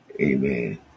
Amen